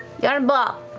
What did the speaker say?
yarnball.